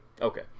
Okay